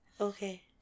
Okay